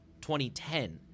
2010